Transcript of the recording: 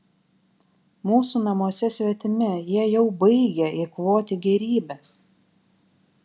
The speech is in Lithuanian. mūsų namuose svetimi jie jau baigia eikvoti gėrybes